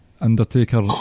Undertaker